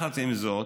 עם זאת,